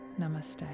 namaste